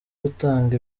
gutanga